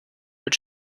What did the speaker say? mit